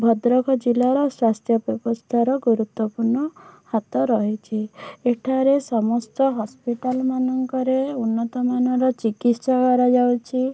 ଭଦ୍ରକ ଜିଲ୍ଲାର ସ୍ଵାସ୍ଥ୍ୟ ବ୍ୟବସ୍ଥାର ଗୁରୁତ୍ୱପୂର୍ଣ୍ଣ ହାତ ରହିଛି ଏଠାରେ ସମସ୍ତ ହସ୍ପିଟାଲ୍ ମାନଙ୍କରେ ଉନ୍ନତମାନର ଚିକିତ୍ସା କରାଯାଉଛି